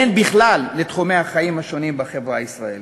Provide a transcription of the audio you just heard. והן בכלל של תחומי החיים השונים בחברה הישראלית.